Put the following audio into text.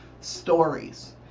stories